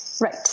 Right